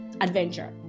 adventure